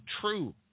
true